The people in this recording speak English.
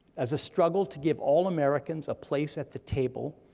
as a struggle to give all americans a place at the table,